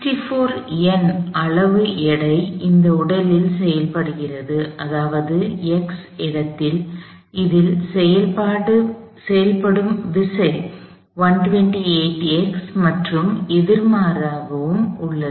64N அளவு எடை இந்த உடலில் செயல்படுகிறது அதாவது x இடத்தில் இதில் செயல்படும் விசை 128x மற்றும் எதிர்மாறாகவும் உள்ளது